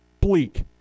bleak